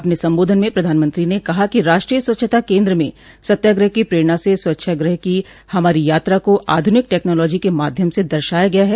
अपने सबोधन में प्रधानमंत्री ने कहा कि राष्ट्रीय स्वच्छता केन्द्र में सत्याग्रह की प्रेरणा से स्वैच्छागृह की हमारी यात्रा को आधुनिक टेक्नोलॉजी के माध्यम से दर्शाया गया है